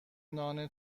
نان